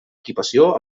equipació